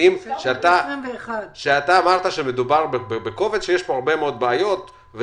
אמרת שיש איתו הרבה מאוד בעיות.